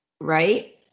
Right